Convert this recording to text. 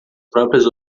próprias